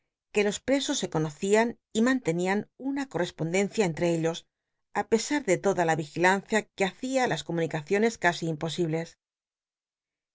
que los presos se conocían y mantenían una concspondcncia entre ellos á pesar de toda la yigilancia que h cia hs comunicaciones casi imposibles